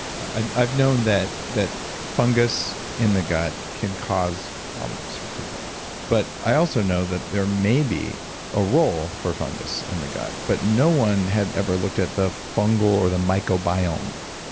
i've known that that fungus in the gut can cause problems for people but i also know that there may be a role for fungus in the gut, but no one had ever looked at the fungal or the microbiome.